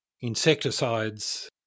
insecticides